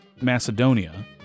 Macedonia